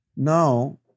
Now